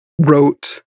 wrote